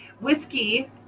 Whiskey